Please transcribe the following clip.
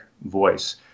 voice